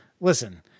Listen